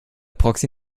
proxy